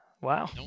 Wow